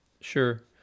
Sure